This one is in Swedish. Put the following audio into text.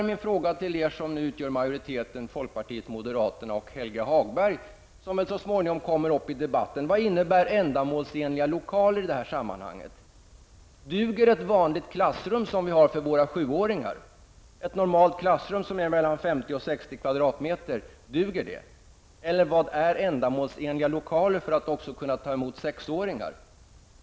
Min fråga till er som utgör majoriteten, nämligen folkpartiet, moderaterna och Helge Hagberg som så småningom kommer upp i debatten: Vad innebär ändamålsenliga lokaler i det här sammanhanget? Duger ett vanligt klassrum på 50--60 m2 som finns för våra sjuåringar? Vad är ändamålsenliga lokaler för att också ta emot sexåringar?